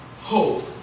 hope